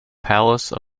palace